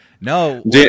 No